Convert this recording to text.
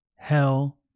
hell